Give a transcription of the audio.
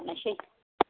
दाननिसै